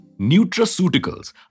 Nutraceuticals